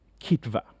kitva